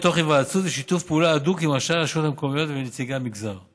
תוך היוועצות ושיתוף פעולה הדוק עם ראשי הרשויות המקומיות ונציגי המגזר.